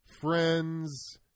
friends